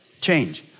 Change